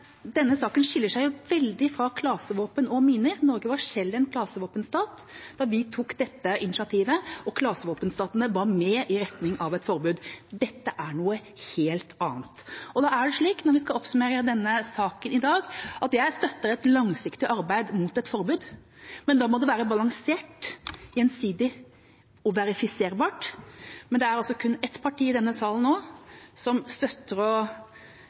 Denne saken skiller seg veldig fra sakene om klasevåpen og miner. Norge var selv en klasevåpenstat da vi tok dette initiativet, og klasevåpenstatene var med i retning av et forbud. Dette er noe helt annet. Da er det slik, når vi skal oppsummere denne saken i dag, at jeg støtter et langsiktig arbeid mot et forbud, men da må det være balansert, gjensidig og verifiserbart. Det er altså kun ett parti i denne salen nå som støtter å undertegne denne traktaten, og